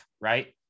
right